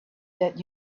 that